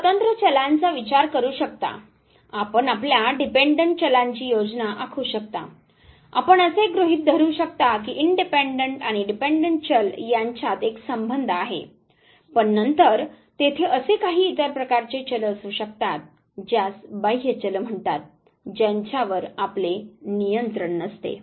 आपण स्वतंत्र चलांचा विचार करू शकता आपण आपल्या डिपेंडंट चलांची योजना आखू शकता आपण असे गृहीत धरु शकता की इनडिपेंडंट आणि डिपेंडंट चल यांच्यात एक संबंध आहे पण नंतर तेथे असे काही इतर प्रकारचे चल असू शकतात ज्यास बाह्य चल म्हणतात ज्यांच्यावर आपले नियंत्रण नसते